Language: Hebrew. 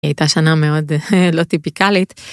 הייתה שנה מאוד לא טיפיקלית.